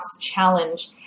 challenge